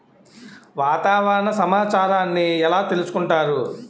వాతావరణ సమాచారాన్ని ఎలా తెలుసుకుంటారు?